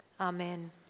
Amen